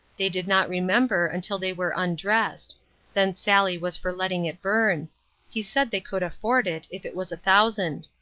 they did not remember until they were undressed then sally was for letting it burn he said they could afford it, if it was a thousand.